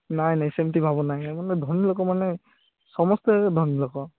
ନାଇଁ ନାଇଁ ସେମିତି ଭାବ ନାହିଁ ମାନ ଧନୀଲୋକ ମାନେ ସମସ୍ତେ ଧନୀ ଲୋକ